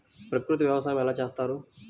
ప్రకృతి వ్యవసాయం ఎలా చేస్తారు?